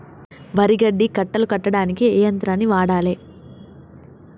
వరి గడ్డి కట్టలు కట్టడానికి ఏ యంత్రాన్ని వాడాలే?